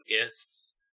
guests